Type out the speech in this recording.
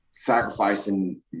sacrificing